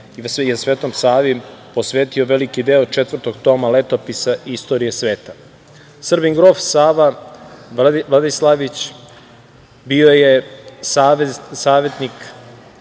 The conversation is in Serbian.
je Svetom Savi posvetio veliki deo četvrtog toma letopisa „Istorija sveta“.Grof Sava Vladislavić bio je savetnik